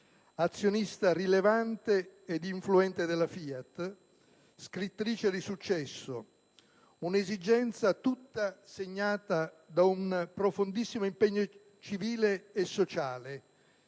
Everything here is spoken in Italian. Azionista rilevante e influente della FIAT. Scrittrice di successo. Un'esistenza tutta segnata da un profondissimo impegno civile e sociale